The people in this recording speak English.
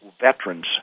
veterans